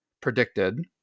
predicted